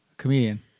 comedian